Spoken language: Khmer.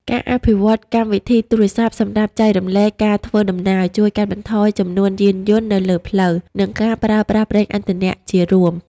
ការអភិវឌ្ឍកម្មវិធីទូរស័ព្ទសម្រាប់ចែករំលែកការធ្វើដំណើរ ជួយកាត់បន្ថយចំនួនយានយន្តនៅលើផ្លូវ និងការប្រើប្រាស់ប្រេងឥន្ធនៈជារួម។